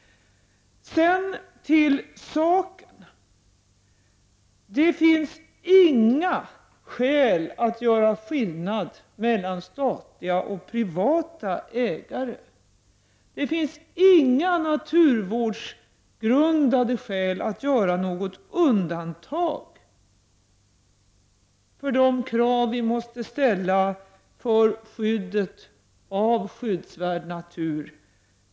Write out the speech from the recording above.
Sedan till sakfrågan. Det finns inga skäl att göra skillnad mellan statliga och privata ägare. Det finns inga naturvårdsgrundade skäl att göra något undantag för de krav som vi måste ställa för skyddet av skyddsvärd natur.